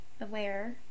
aware